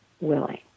willing